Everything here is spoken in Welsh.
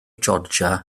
georgia